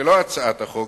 ולא הצעת החוק,